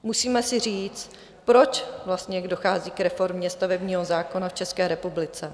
Musíme si říct, proč vlastně dochází k reformě stavebního zákona v České republice.